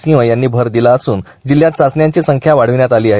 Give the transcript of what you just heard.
सिंह यांनी यांनी भर दिला असून जिल्ह्यात चाचण्यांची संख्या वाढविण्यात आली आहे